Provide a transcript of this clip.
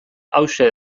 hauxe